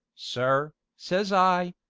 sir says i,